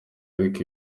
ariko